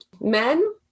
men